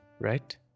right